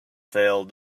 failed